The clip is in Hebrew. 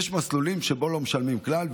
יש מסלולים שבהם לא משלמים כלל,